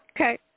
okay